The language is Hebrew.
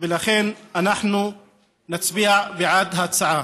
ולכן אנחנו נצביע בעד ההצעה.